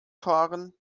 fahren